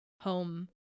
home